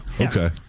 Okay